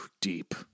Deep